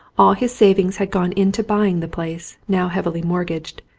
all his savings had gone into buying the place, now heavily mortgaged,